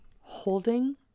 Holding